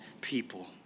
people